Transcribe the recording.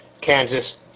Kansas